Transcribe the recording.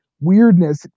weirdness